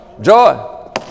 Joy